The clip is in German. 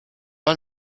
man